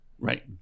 Right